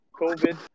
COVID